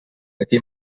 aquí